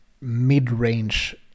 mid-range